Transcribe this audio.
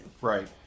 Right